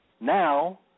now